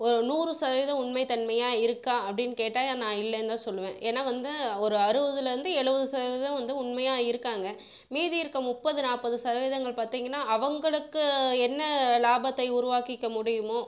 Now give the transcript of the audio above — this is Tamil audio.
ஒரு நூறு சதவீதம் உண்மை தன்மையாக இருக்கா அப்படின்னு கேட்டால் நான் இல்லைன்னு தான் சொல்லுவேன் ஏன்னா வந்து ஒரு அறுபதுலேந்து எழுபது சதவீதம் வந்து உண்மையாக இருக்காங்கள் மீதி இருக்க முப்பது நாற்பது சதவீதங்கள் பார்த்தீங்கன்னா அவர்களுக்கு என்ன லாபத்தை உருவாக்கிக்க முடியுமோ